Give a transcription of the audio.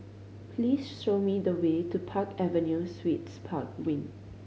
please show me the way to Park Avenue Suites Park Wing